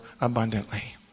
abundantly